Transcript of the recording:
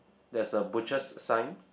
there's a butchers' sign